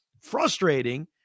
frustrating